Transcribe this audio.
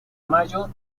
mayo